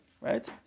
right